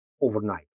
overnight